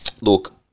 Look